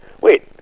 Wait